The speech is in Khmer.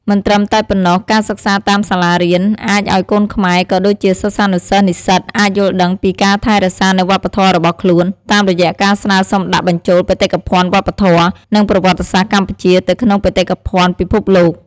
មិនត្រឹមតែប៉ុណ្ណោះ ការសិក្សាតាមសាលារៀន អាចអោយកូនខ្មែរ ក៏ដូចជាសិស្សានុសិស្ស និស្សិត អាចយល់ដឹងពីការថែរក្សានូវវប្បធម៏របស់ខ្លួន តាមរយៈការស្នើសុំដាក់បញ្ជូលបេតិកភ័ណ្ឌវប្បធម៌ និងប្រវត្តសាស្រ្តកម្ពុជាទៅក្នុងបេតិកភ័ណ្ឌពិភពលោក។